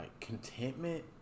contentment